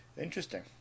Interesting